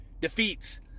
defeats